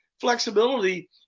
flexibility